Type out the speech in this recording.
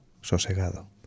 sosegado